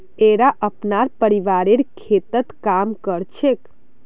येरा अपनार परिवारेर खेततत् काम कर छेक